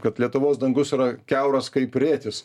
kad lietuvos dangus yra kiauras kaip rėtis